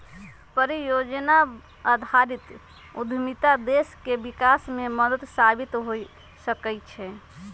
परिजोजना आधारित उद्यमिता देश के विकास में मदद साबित हो सकइ छै